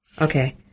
Okay